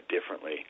differently